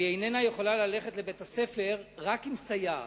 היא איננה יכולה ללכת לבית-הספר, רק עם סייעת.